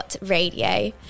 radio